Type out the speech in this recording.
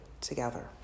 together